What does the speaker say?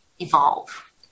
evolve